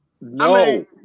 No